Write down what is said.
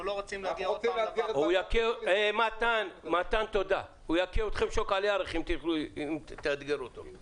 ו --- אתה רוצה --- הוא יכה אתכם שוק על ירך אם תאתגרו אותו.